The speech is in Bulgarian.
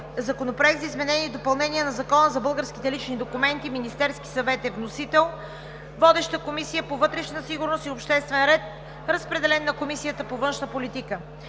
Законопроект за изменение и допълнение на Закона за българските лични документи. Вносител – Министерският съвет. Водеща е Комисията по вътрешна сигурност и обществен ред. Разпределен е на Комисията по външна политика.